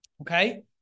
Okay